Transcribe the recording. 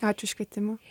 ačiū už kvietimą